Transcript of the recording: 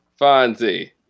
fonzie